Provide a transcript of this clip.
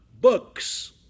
books